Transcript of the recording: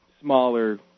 smaller